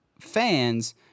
fans